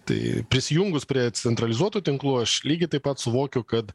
tai prisijungus prie centralizuotų tinklų aš lygiai taip pat suvokiu kad